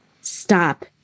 Stop